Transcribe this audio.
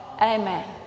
Amen